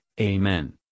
Amen